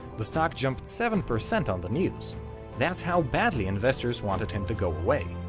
the stock jumped seven percent on the news that's how badly investors wanted him to go away.